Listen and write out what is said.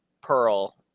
Pearl